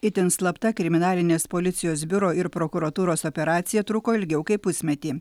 itin slapta kriminalinės policijos biuro ir prokuratūros operacija truko ilgiau kaip pusmetį